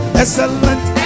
excellent